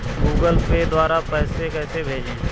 Google Pay द्वारा पैसे कैसे भेजें?